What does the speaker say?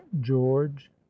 George